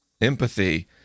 empathy